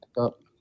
up